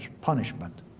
punishment